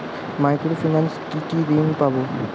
Micro finance এ কি কি ঋণ পাবো?